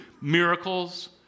miracles